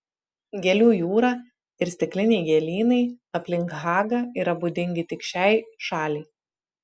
gėlių jūra ir stikliniai gėlynai aplink hagą yra būdingi tik šiai šaliai